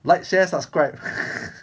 like share subscribe